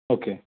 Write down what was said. okay